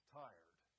tired